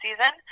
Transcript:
season